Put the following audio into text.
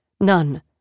None